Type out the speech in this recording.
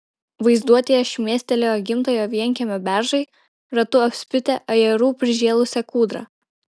vaizduotėje šmėstelėjo gimtojo vienkiemio beržai ratu apspitę ajerų prižėlusią kūdrą